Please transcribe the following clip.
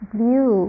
view